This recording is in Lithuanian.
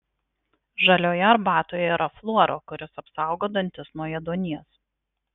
žalioje arbatoje yra fluoro kuris apsaugo dantis nuo ėduonies